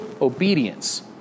obedience